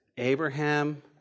Abraham